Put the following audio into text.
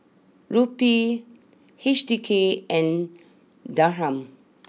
Rupee H D K and Dirham